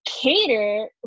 cater